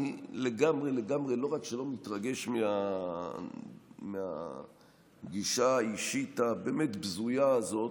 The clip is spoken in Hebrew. אני לגמרי לגמרי לא רק שלא מתרגש מהגישה האישית הבזויה הזאת,